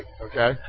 Okay